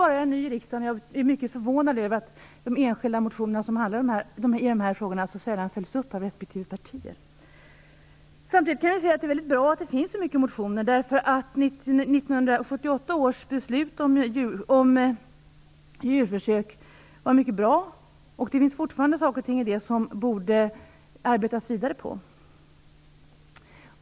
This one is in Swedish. Jag är ju ny i riksdagen och är mycket förvånad över att enskilda motioner i de här frågorna mycket sällan följs upp av respektive parti. Samtidigt måste jag säga att det är bra att det finns många motioner. 1978 års beslut om djurförsök var mycket bra. Fortfarande finns det saker där som man borde arbeta vidare på.